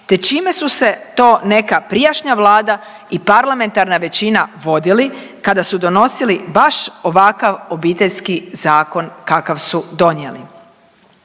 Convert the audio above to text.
te čime su se to neka prijašnja Vlada i parlamentarna većina vodili kada su donosili baš ovakav Obiteljski zakon kakav su donijeli.